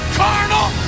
carnal